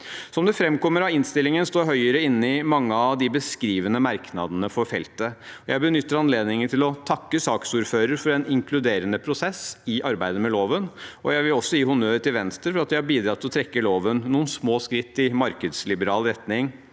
Som det framkommer av innstillingen, står Høyre inne i mange av de beskrivende merknadene for feltet. Jeg benytter anledningen til å takke saksordføreren for en inkluderende prosess i arbeidet med loven. Jeg vil også gi honnør til Venstre for at de har bidratt til å trekke loven noen små skritt i en markedsliberal retning,